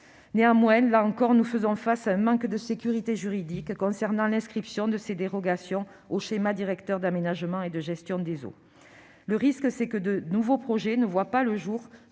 Néanmoins, là encore, nous faisons face à un manque de sécurité juridique concernant l'inscription de ces dérogations aux schémas directeurs d'aménagement et de gestion des eaux. Le risque, c'est que ces nouveaux projets ne voient pas le jour